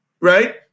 right